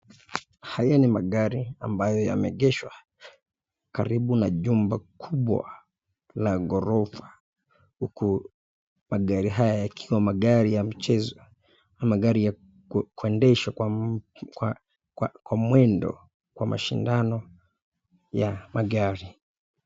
Haya ni magari ambayo yameegeshwa karibu na jumba kubwa la ghorofa huku magari haya yakiwa magari ya mchezo kwa kuendeshwa kwa mwendo kwa mashindano ya magari.